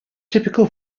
typical